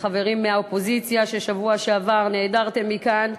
החברים מהאופוזיציה, שבשבוע שעבר נעדרתם מכאן,